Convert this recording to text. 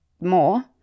more